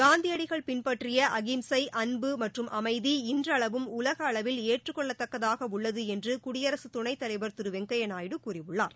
காந்தியடிகள் பின்பற்றிய அகிம்சை அன்பு மற்றும் அமைதி இன்றளவும் உலக அளவில் ஏற்றுக் கொள்ளத்தக்கதாக உள்ளது என்று குயடிரகத்துணைத்தலைவர் திரு வெங்கையா நாயுடு கூறியுள்ளார்